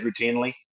routinely